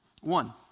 One